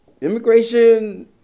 immigration